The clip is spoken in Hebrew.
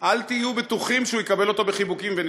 אל תהיו בטוחים שהוא יקבל אותו בחיבוקים ונשיקות,